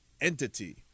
entity